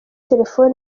telefoni